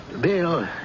Bill